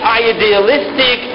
idealistic